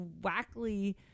wackly